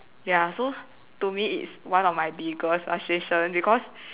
ya so to me it's one of my biggest frustration because